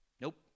Nope